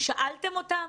שאלתם אותם?